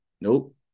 nope